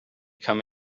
come